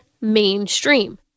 mainstream